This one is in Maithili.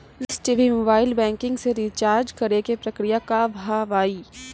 डिश टी.वी मोबाइल बैंकिंग से रिचार्ज करे के प्रक्रिया का हाव हई?